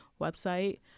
website